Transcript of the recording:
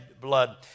blood